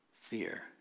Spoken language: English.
Fear